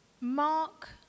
Mark